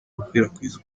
gukwirakwiza